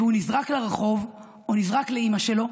והוא נזרק לרחוב, הוא נזרק לאימא שלו,